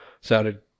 sounded